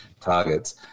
targets